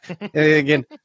Again